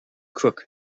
crook